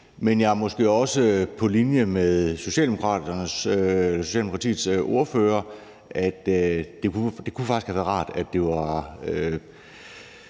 men jeg er måske også på linje med Socialdemokratiets ordfører, nemlig at det faktisk kunne have været rart, hvis